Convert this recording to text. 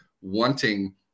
wanting